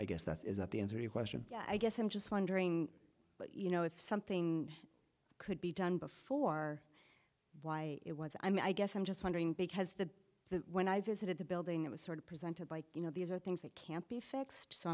i guess that is not the answer the question i guess i'm just wondering you know if something could be done before why it was i mean i guess i'm just wondering because the when i visited the building it was sort of presented by you know these are things that can't be fixed so